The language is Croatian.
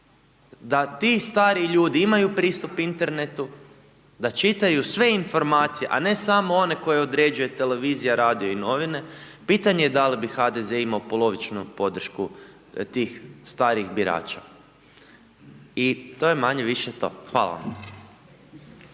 Da ti stari ljudi imaju pristup internetu, da čitaju sve informacije a ne samo one koje određuje televizija, radio i novine pitanje je da li bi HDZ imao polovičnu podršku tih starijih birača. I to je manje-više to. Hvala vam.